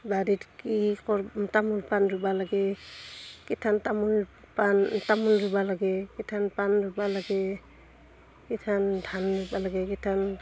বাৰীত কি ক'ৰ তামোল পাণ ৰুবা লাগে কিঠান তামোল পাণ তামোল ৰুবা লাগে কিঠান পাণ ৰুবা লাগে কিঠান ধান ৰুবা লাগে কিঠান